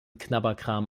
knabberkram